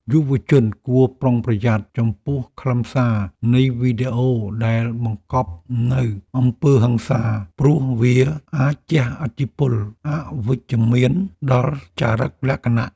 យុវជនគួរប្រុងប្រយ័ត្នចំពោះខ្លឹមសារនៃវីដេអូដែលបង្កប់នូវអំពើហិង្សាព្រោះវាអាចជះឥទ្ធិពលអវិជ្ជមានដល់ចរិតលក្ខណៈ។